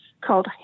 called